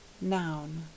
noun